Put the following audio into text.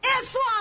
Islam